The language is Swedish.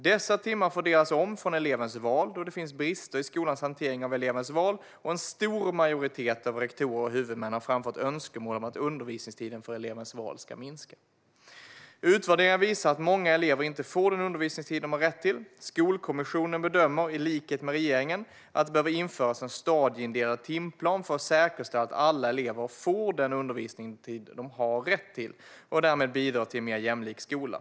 Dessa timmar fördelas om från elevens val, då det finns brister i skolornas hantering av elevens val och en stor majoritet av rektorer och huvudmän har framfört önskemål om att undervisningstiden för elevens val ska minskas. Utvärderingar visar att många elever inte får den undervisningstid de har rätt till. Skolkommissionen bedömer, i likhet med regeringen, att det behöver införas en stadieindelad timplan för att säkerställa att alla elever får den undervisningstid de har rätt till och därmed bidra till en mer jämlik skola.